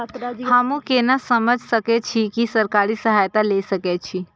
हमू केना समझ सके छी की सरकारी सहायता ले सके छी?